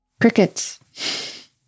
Crickets